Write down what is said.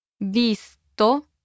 Visto